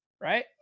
right